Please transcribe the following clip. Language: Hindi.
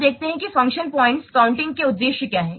अब देखते हैं कि फंक्शन पॉइंट काउंटिंग के उद्देश्य क्या हैं